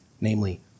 namely